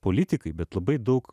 politikai bet labai daug